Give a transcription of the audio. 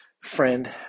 friend